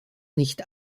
nicht